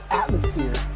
atmosphere